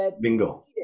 Bingo